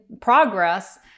progress